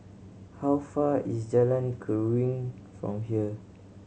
how far is Jalan Keruing from here